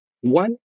One